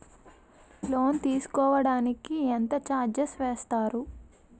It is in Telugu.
లోన్ తీసుకోడానికి ఎంత చార్జెస్ వేస్తారు?